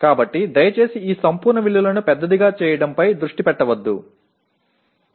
எனவே தயவுசெய்து இந்த முழுமையான மதிப்புகளை பெரிதாக்குவதில் கவனம் செலுத்த வேண்டாம்